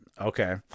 Okay